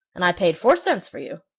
and i paid four cents for you.